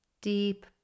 Deep